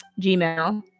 Gmail